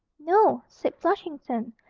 no, said flushington,